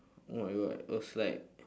oh my god it was like